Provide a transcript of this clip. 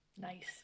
nice